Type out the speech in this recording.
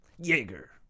Jaeger